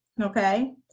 okay